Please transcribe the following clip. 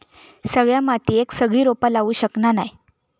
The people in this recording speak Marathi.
सगळ्या मातीयेत सगळी रोपा लावू शकना नाय